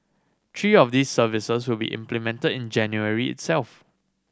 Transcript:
three of these services will be implemented in January itself